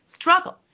struggle